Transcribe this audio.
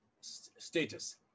status